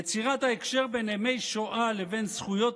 יצירת הקשר בין ימי שואה לבין זכויות